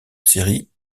série